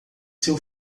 seu